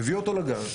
הבאתי אותו לגן,